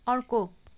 अर्को